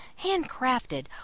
handcrafted